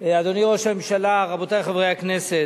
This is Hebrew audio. אדוני ראש הממשלה, רבותי חברי הכנסת,